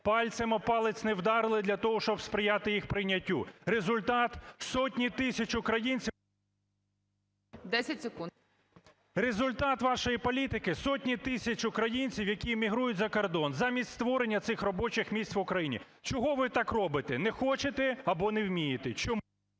пальцем об палець не вдарили для того, щоб сприяти їх прийняттю. Результат: сотні тисяч українців… ГОЛОВУЮЧИЙ. 10 секунд. ГАЛАСЮК В.В. Результат вашої політики: сотні тисяч українців, які емігрують за кордон замість створення цих робочих місць в Україні. Чого ви так робите? Не хочете або не вмієте? Чому…